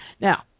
Now